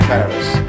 Paris